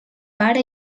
pare